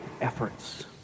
efforts